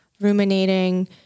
ruminating